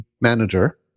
manager